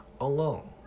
Alone